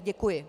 Děkuji.